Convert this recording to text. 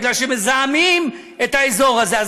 כי מזהמים את האזור הזה,